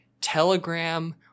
Telegram